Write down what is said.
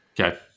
Okay